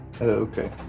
okay